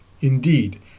Indeed